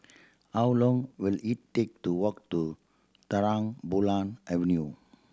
how long will it take to walk to Terang Bulan Avenue